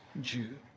Jew